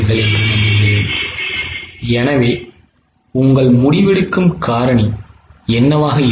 எனவே உங்கள் முடிவெடுக்கும் காரணி என்னவாக இருக்கும்